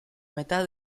metà